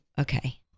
okay